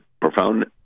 profound